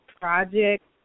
project